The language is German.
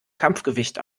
kampfgewicht